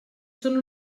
són